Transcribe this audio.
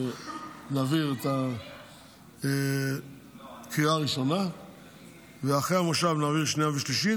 נעביר את הקריאה הראשונה ואחרי המושב נעביר שנייה ושלישית.